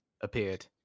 appeared